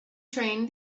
train